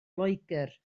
loegr